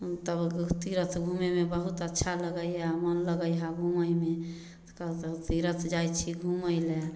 तब तऽ तीरथ घुमैमे बहुत अच्छा लगैए मोन लगैए घुमैमे सबजगह तीरथ जाइ छी घुमैलए